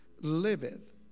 liveth